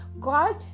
God